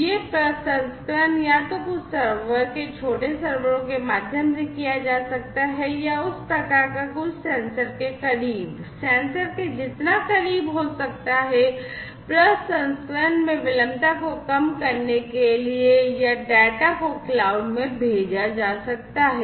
यह प्रसंस्करण या तो कुछ सर्वर के छोटे सर्वरों के माध्यम से किया जा सकता है या उस प्रकार का कुछ सेंसर के करीब सेंसर के जितना करीब हो सकता है प्रसंस्करण में विलंबता को कम करने के लिए या डेटा को क्लाउड में भेजा जा सकता है